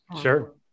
Sure